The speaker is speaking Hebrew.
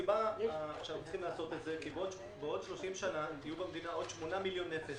אנחנו צריכים לעשות אותה כי בעוד 30 שנה יחיו במדינה עוד 8 מיליון נפש,